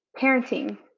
parenting